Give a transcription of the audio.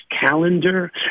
calendar